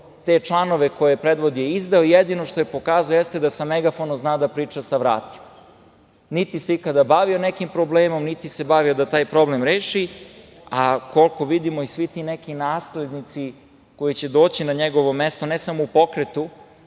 Te članove koje predvodi je izdao. Jedino što je pokazao jeste da megafonom zna da priča sa vratima. Niti se ikada bavio nekim problemom, niti se bavio da taj problem reši, a koliko vidimo i svi ti neki naslednici koji će doći na njegovo mesto, ne samo u pokretu,